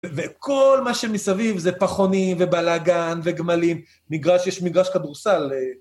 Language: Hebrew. וכל מה שמסביב זה פחונים, ובלאגן, וגמלים. מגרש, יש מגרש כדורסל.